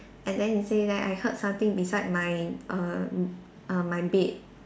and then he say that I heard something beside my err my bed